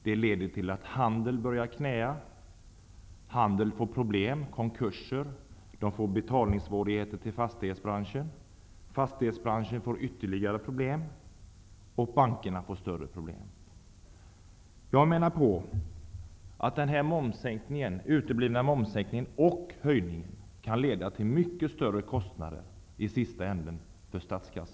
Därmed börjar handeln knäa och får problem med konkurser. Med betalningssvårigheterna får fastighetsbranschen ytterligare problem, och bankerna får större problem. Jag menar att den här uteblivna momssänkningen, och höjningen, kan leda till mycket större kostnader för statskassan i slutändan.